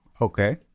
okay